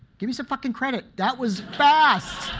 give me some fucking credit. that was fast,